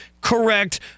correct